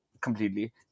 completely